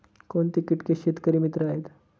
कोणती किटके शेतकरी मित्र आहेत?